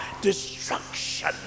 destruction